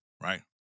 right